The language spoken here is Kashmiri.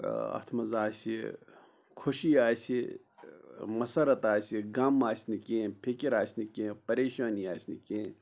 اَتھ منٛز آسہِ خوشی آسہِ مسّرت آسہِ غم آسہِ نہٕ کینٛہہ فِکِر آسہِ نہٕ کینٛہہ پریشٲنی آسہِ نہٕ کینٛہہ